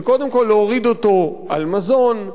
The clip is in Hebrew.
וקודם כול להוריד אותו על מזון.